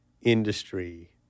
industry